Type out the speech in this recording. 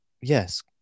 yes